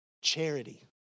Charity